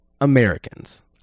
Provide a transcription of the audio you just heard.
Americans